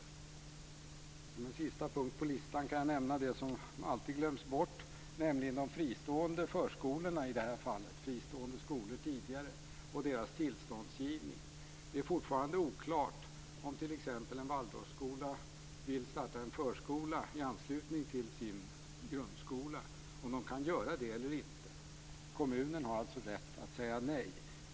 Som en sista punkt på listan kan jag nämna det som alltid glöms bort, nämligen de fristående förskolorna i det här fallet och deras tillståndsgivning. Det är fortfarande oklart om t.ex. en Waldorfskola som vill starta en förskola i anslutning till sin grundskola kan göra det eller inte. Kommunen har alltså rätt att säga nej.